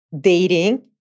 dating